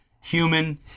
human